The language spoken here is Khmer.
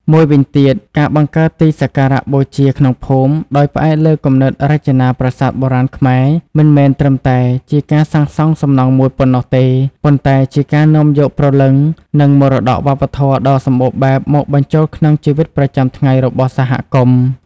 មួយវិញទៀត ការបង្កើតទីសក្ការៈបូជាក្នុងភូមិ ដោយផ្អែកលើគំនិតរចនាប្រាសាទបុរាណខ្មែរមិនមែនត្រឹមតែជាការសាងសង់សំណង់មួយប៉ុណ្ណោះទេប៉ុន្តែជាការនាំយកព្រលឹងនិងមរតកវប្បធម៌ដ៏សម្បូរបែបមកបញ្ចូលក្នុងជីវិតប្រចាំថ្ងៃរបស់សហគមន៍។